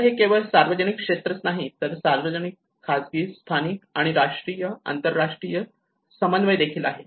तर हे केवळ सार्वजनिक क्षेत्रच नाही तर सार्वजनिक खाजगी स्थानिक आणि राष्ट्रीय आणि आंतरराष्ट्रीय समन्वय देखील आहे